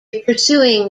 pursuing